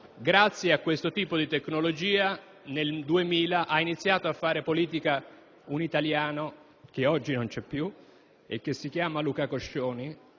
attraverso questo tipo di tecnologie che nel 2000 ha iniziato a fare politica un italiano, che oggi non c'è più, che si chiamava Luca Coscioni,